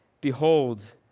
Behold